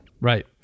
Right